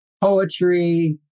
poetry